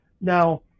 Now